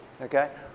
Okay